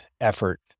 effort